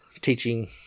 teaching